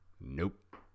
Nope